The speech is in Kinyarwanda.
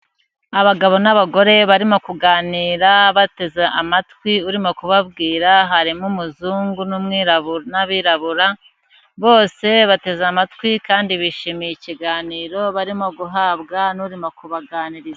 Abagabo n'abagore barimo kuganira bateze amatwi urimo kubabwira, harimo umuzungu n'umwi n'abirabura, bose bateze amatwi kandi bishimiye ikiganiro barimo guhabwa n'uririmo kubaganiriza.